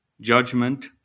judgment